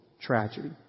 tragedy